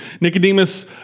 Nicodemus